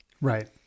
Right